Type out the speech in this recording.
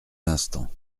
instants